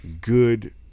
good